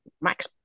Max